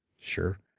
Sure